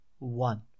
one